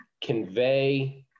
convey